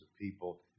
people